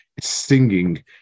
singing